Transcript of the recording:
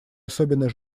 особенно